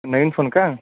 नवीन phone का